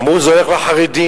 אמרו: זה הולך לחרדים.